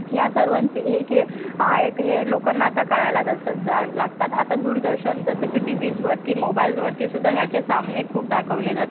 ह्या सर्वांचे हे खेळ आहेत हे लोकांना आता कळायला जसं लागतात आता दूरदर्शन जसं की टीवीजवरती मोबईल्सवरतीसुद्धा ह्याचे सामने खूप दाखवले जातात